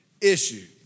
issue